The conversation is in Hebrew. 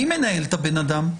מי מנהל את הבן אדם?